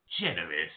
generous